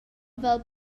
fel